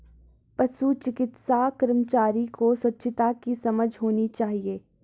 पशु चिकित्सा कर्मचारी को स्वच्छता की समझ होनी चाहिए